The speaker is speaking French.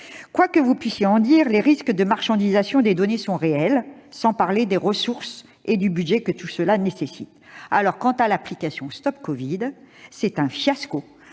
Quoi que vous puissiez en dire, les risques de marchandisation des données sont réels, sans parler des ressources et du budget que tout cela nécessite. Quant à l'application StopCovid, c'est un fiasco,